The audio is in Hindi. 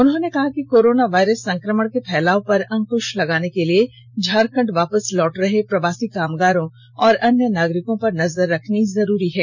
उन्होंने कहा कि कोरोना वायरस संकमण के फैलाव पर अंकृष लगाने के लिए झारखंड वापस लौट रहे प्रवासी कामगारों और अन्य नागरिकों पर नजर रखनी जरूरी है